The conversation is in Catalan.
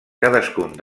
cadascun